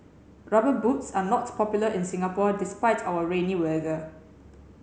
rubber boots are not popular in Singapore despite our rainy weather